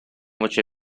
voce